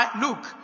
look